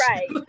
Right